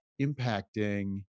impacting